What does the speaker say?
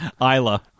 Isla